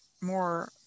more